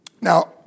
Now